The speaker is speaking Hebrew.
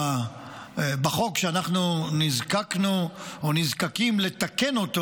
בחוק שאנחנו נזקקנו או נזקקים לתקן,